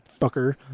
fucker